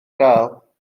gael